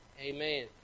Amen